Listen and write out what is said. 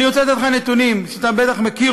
אני רוצה לתת לך נתונים שאתה בטח מכיר.